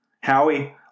Howie